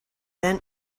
then